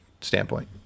standpoint